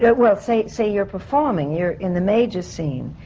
it well. say. say you're performing. you're in the major scene.